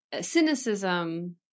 cynicism